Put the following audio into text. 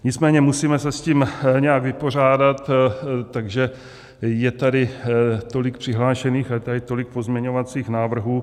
Nicméně musíme se s tím nějak vypořádat, takže je tady tolik přihlášených a je tady tolik pozměňovacích návrhů.